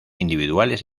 individuales